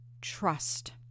trust